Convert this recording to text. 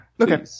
okay